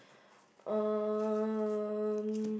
um